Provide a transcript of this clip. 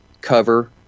cover